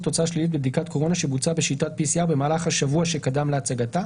תוצאה שלילית בבדיקת קורונה שבוצעה בשיטת PCR במהלך השבוע שקדם להצגתה.